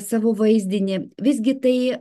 savo vaizdinį visgi tai